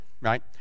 right